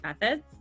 methods